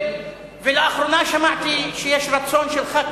ולאחרונה שמעתי שיש רצון של חברי